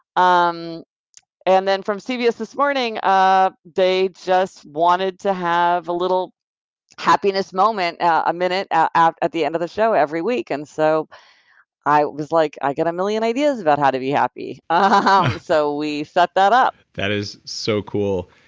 um and then, from cbs this morning, ah they just wanted to have a little happiness moment a minute at at the end of the show every week, and so i was like, i got a million ideas about how to be happy, and so we sat that up that is so cool.